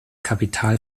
kapital